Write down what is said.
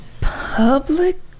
Public